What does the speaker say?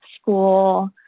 school